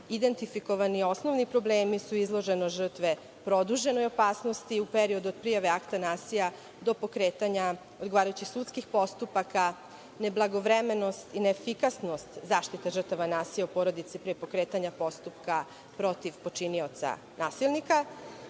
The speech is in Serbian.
Identifikovani osnovni problemi su izloženost žrtve produženoj opasnosti u periodu od prijave akta nasilja do pokretanja odgovarajućih sudskih postupaka, neblagovremenost i neefikasnost zaštite žrtava nasilja u porodici, pre pokretanja postupka protiv počinioca nasilnika. Osnovni